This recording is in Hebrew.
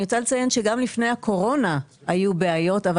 אני רוצה לציין שגם לפני הקורונה היו בעיות אבל